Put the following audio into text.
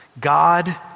God